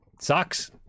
Sucks